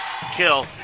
kill